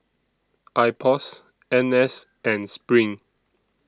Ipos N S and SPRING